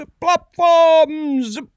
platforms